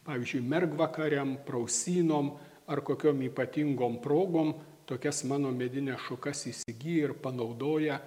pavyzdžiui mergvakariam prausynom ar kokiom ypatingom progom tokias mano medines šukas įsigyja ir panaudoja